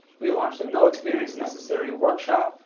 we launch a no-experience-necessary workshop,